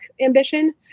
ambition